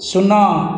ଶୂନ